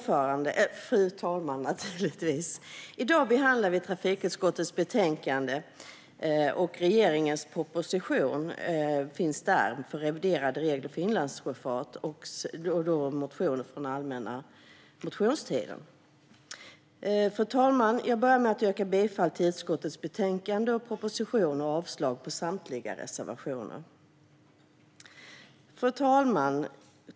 Fru talman! I dag behandlar vi trafikutskottets betänkande, regeringens proposition Reviderade regler för inlandssjöfart och motioner från allmänna motionstiden. Fru talman! Jag börjar med att yrka bifall till utskottets förslag i betänkandet och propositionen och avslag på samtliga reservationer. Fru talman!